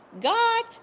God